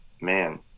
man